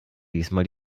diesmal